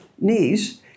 knees